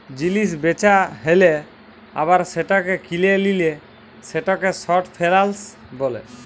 জিলিস বেচা হ্যালে আবার সেটাকে কিলে লিলে সেটাকে শর্ট ফেলালস বিলে